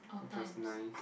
it was nice